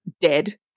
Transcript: dead